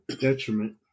detriment